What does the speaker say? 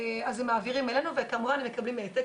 אז הם מעבירים אלינו וכמובן הם מקבלים העתק